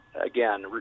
again